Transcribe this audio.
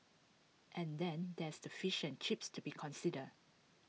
and then there's the fashion chips to be considered